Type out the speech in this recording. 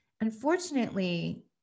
Unfortunately